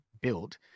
built